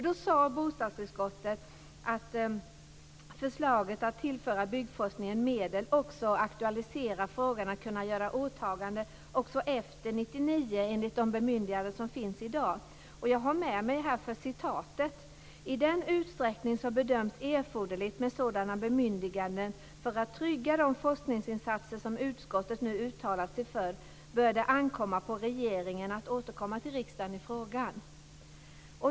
Då sade bostadsutskottet att förslaget att tillföra byggforskningen medel också aktualiserar frågan att kunna göra åtaganden efter 1999 enligt de bemyndiganden som finns i dag. Jag har med mig ett citat: "I den utsträckning det bedöms erforderligt med sådana bemyndiganden för att trygga de forskningsinsatser som utskottet nu uttalat sig för bör det ankomma på regeringen att återkomma till riksdagen i frågan."